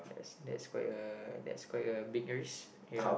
I see that's quite a that's quite a big risk ya